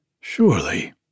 Surely